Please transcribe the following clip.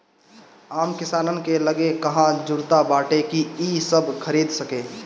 आम किसानन के लगे कहां जुरता बाटे कि इ सब खरीद सके